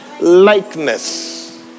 likeness